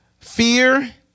fear